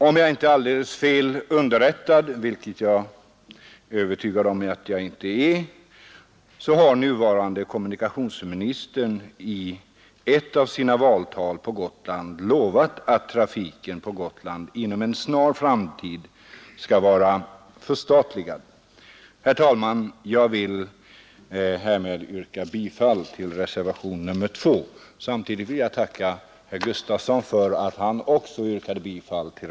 Om jag inte är alldeles fel